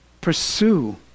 Pursue